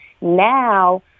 now